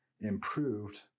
improved